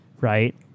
right